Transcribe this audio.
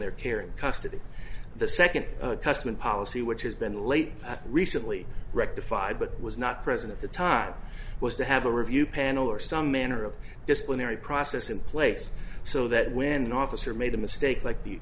their care and custody the second custom policy which has been late recently rectified but was not present at the time was to have a review panel or some manner of disciplinary process in place so that when an officer made a mistake like th